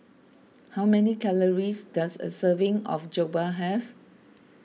how many calories does a serving of Jokbal have